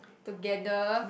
together